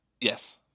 Yes